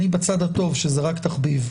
אני בצד הטוב, שזה רק תחביב.